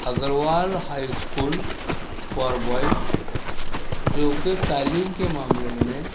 Agarwal high school for boys جو کہ تعلیم کے معاملے میں